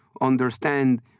understand